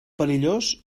perillós